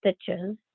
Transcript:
stitches